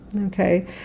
Okay